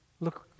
Look